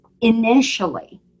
initially